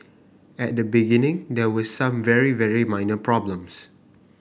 at the beginning there were some very very minor problems